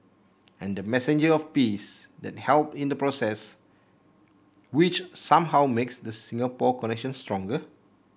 and the messenger of peace that helped in the process which somehow makes the Singapore connection stronger